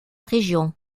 région